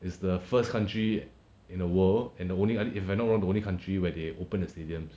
is the first country in the world and the only if I'm not wrong the only country where they open the stadiums